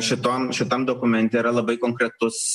šitom šitam dokumente yra labai konkretus